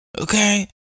okay